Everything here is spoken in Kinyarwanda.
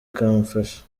kumfasha